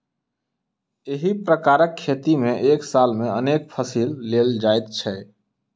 एहि प्रकारक खेती मे एक साल मे अनेक फसिल लेल जाइत छै